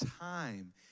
time